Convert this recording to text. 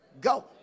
go